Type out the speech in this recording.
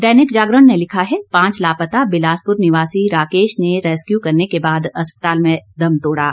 दैनिक जागरण ने लिखा है पांच लापता बिलासपुर निवासी राकेश ने रेस्कयू करने के बाद अस्पताल में दम तोड़ा